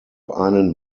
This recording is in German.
einen